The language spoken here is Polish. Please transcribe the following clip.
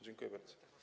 Dziękuję bardzo.